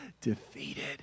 defeated